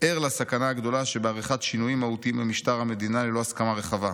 ער לסכנה הגדולה שבעריכת שינויים מהותיים במשטר המדינה ללא הסכמה רחבה.